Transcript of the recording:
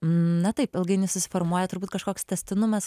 na taip ilgainiui susiformuoja turbūt kažkoks tęstinumas